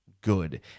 good